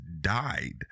died